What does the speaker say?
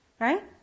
Right